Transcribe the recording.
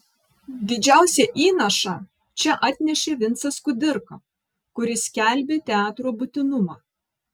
didžiausią įnašą čia atnešė vincas kudirka kuris skelbė teatro būtinumą